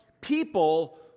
people